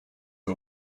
her